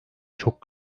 çok